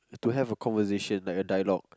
to have a conversation like a dialogue